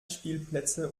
spielplätze